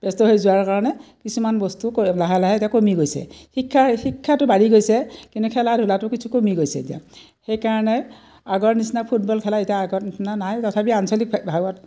ব্যস্ত হৈ যোৱাৰ কাৰণে কিছুমান বস্তু ক লাহে লাহে এতিয়া কমি গৈছে শিক্ষাৰ শিক্ষাটো বাঢ়ি গৈছে কিন্তু খেলা ধূলাটো কিছু কমি গৈছে এতিয়া সেইকাৰণে আগৰ নিচিনা ফুটবল খেলা এতিয়া আগৰ নিচিনা নাই তথাপিও আঞ্চলিক ভাগত